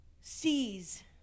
sees